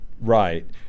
right